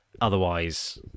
otherwise